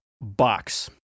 box